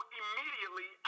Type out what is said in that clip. immediately